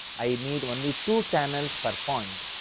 i need only two channels per point.